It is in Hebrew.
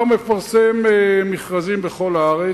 מחר הוא מפרסם מכרזים בכל הארץ,